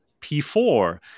P4